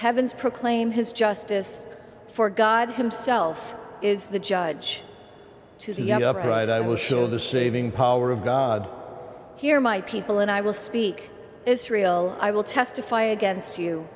heavens proclaim his justice for god himself is the judge to the right i will show the saving power of god hear my people and i will speak israel i will testify against you